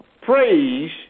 praise